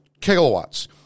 kilowatts